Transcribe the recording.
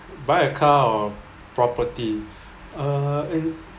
buy a car or a property uh in